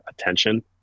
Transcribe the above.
attention